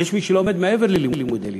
יש מי שלומד מעבר ללימודי ליבה,